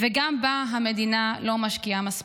וגם בה המדינה לא משקיעה מספיק.